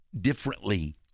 differently